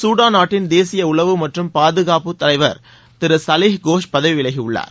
Sudan நாட்டின் தேசிய உளவு மற்றும் பாதுகாப்பு துறை தலைவா் திரு சலிஹ் கோஷ் பதவி விலகியுள்ளார்